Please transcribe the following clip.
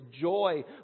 joy